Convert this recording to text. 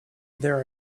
there